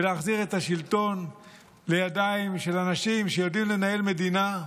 להחזיר את השלטון לידיים של אנשים שיודעים לנהל מדינה,